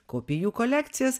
kaupi jų kolekcijas